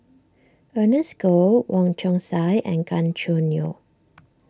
Ernest Goh Wong Chong Sai and Gan Choo Neo